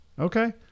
Okay